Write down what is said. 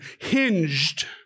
hinged